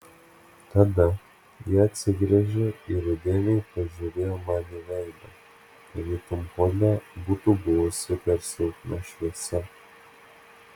tada ji atsigręžė ir įdėmiai pažiūrėjo man į veidą tarytum hole būtų buvusi per silpna šviesa